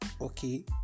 Okay